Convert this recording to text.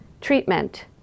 Treatment